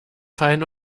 fallen